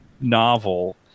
novel